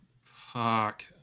Fuck